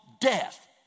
death